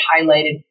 highlighted